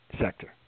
sector